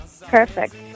Perfect